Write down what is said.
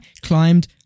climbed